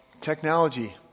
technology